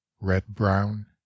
red-brown